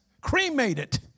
cremated